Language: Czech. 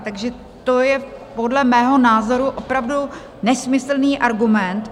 Takže to je podle mého názoru opravdu nesmyslný argument.